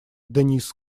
дениз